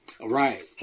Right